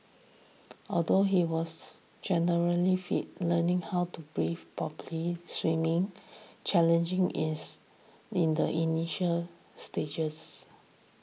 although he was generally fit learning how to breathe properly swimming challenging is in the initial stages